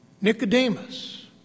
Nicodemus